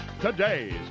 Today's